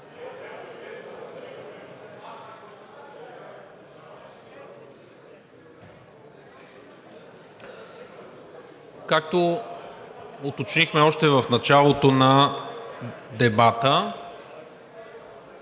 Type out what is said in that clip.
Както уточнихме още в началото на дебата,